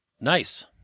nice